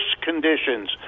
conditions